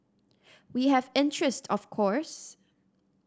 we have interest of course